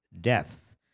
death